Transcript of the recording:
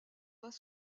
pas